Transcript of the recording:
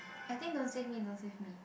I think don't save me don't save me